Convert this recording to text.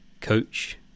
Coach